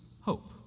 hope